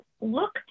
look